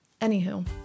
Anywho